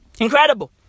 Incredible